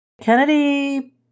Kennedy